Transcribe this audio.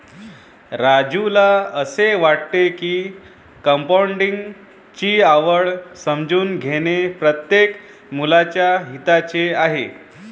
राजूला असे वाटते की कंपाऊंडिंग ची आवड समजून घेणे प्रत्येक मुलाच्या हिताचे आहे